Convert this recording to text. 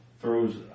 throws